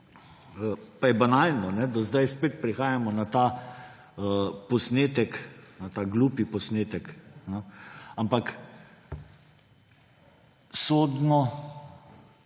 pa je banalno, da zdaj spet prihajamo na ta posnetek; na ta glupi posnetek, no.